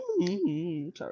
Sorry